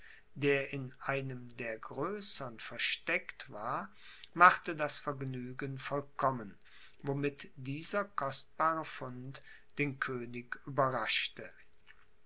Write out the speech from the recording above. der in einem der größern versteckt war machte das vergnügen vollkommen womit dieser kostbare fund den könig überraschte